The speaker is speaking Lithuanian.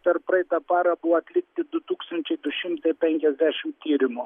per praeitą parą buvo atlikti du tūkstančiai du šimtai penkiasdešimt tyrimų